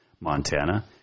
Montana